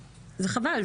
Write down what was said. חבל,